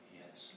yes